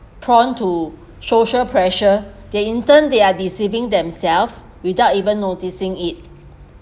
prone to social pressure they in turn they are deceiving themselves without even noticing it